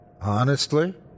Honestly